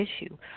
issue